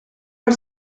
per